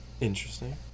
Interesting